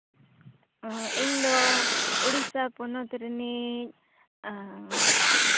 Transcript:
ᱚᱸᱻ ᱤᱧᱫᱚ ᱳᱲᱤᱥᱟ ᱯᱚᱱᱚᱛ ᱨᱤᱱᱤᱡ ᱟᱨ